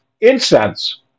incense